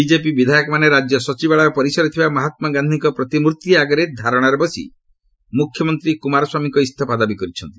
BJP ବିଧାୟକମାନେ ରାଜ୍ୟ ସଚିବାଳୟ ପରିସରରେ ଥିବା ମହାତ୍ମାଗାନ୍ଧିଙ୍କ ପ୍ରତିମ୍ଭି ଆଗରେ ଧାରଣାରେ ବସି ମୁଖ୍ୟମନ୍ତ୍ରୀ କୁମାରସ୍ୱାମୀଙ୍କ ଇସ୍ତଫା ଦାବି କରିଛନ୍ତି